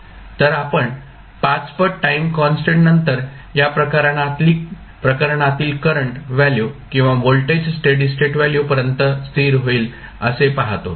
तर आपण 5 पट टाईम कॉन्स्टंट नंतर या प्रकरणातील करंट व्हॅल्यू किंवा व्होल्टेज स्टेडी स्टेट व्हॅल्यू पर्यंत स्थिर होईल असे पहातो